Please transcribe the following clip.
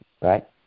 Right